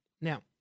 Now